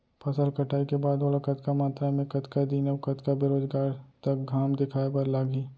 फसल कटाई के बाद ओला कतका मात्रा मे, कतका दिन अऊ कतका बेरोजगार तक घाम दिखाए बर लागही?